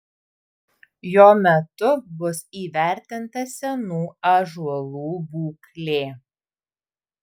jo metu bus įvertinta senų ąžuolų būklė